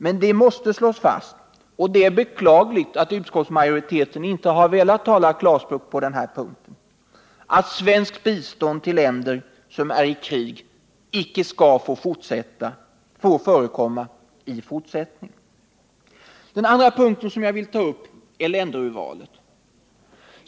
Men det måste slås fast, och det är beklagligt att utskottsmajoriteten inte har velat tala klarspråk på denna punkt, att svenskt bistånd till länder som är i krig icke skall få förekomma i fortsättningen. Den andra punkten jag vill ta upp är länderurvalet.